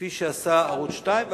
כפי שעשה ערוץ-2,